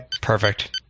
Perfect